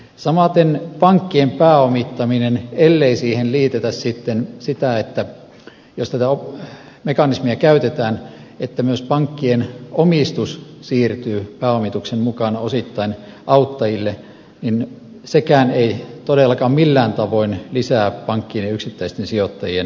samaten pankkien pääomittaminen ellei siihen liitetä sitten sitä jos tätä mekanismia käytetään että myös pankkien omistus siirtyy pääomituksen mukana osittain auttajille ei sekään todellakaan millään tavoin lisää pankkien ja yksittäisten sijoittajien vastuuta